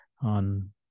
on